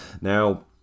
Now